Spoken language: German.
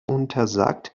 untersagt